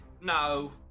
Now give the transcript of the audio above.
No